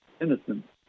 innocent